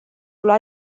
lua